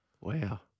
Wow